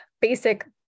basic